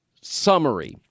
summary